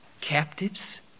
captives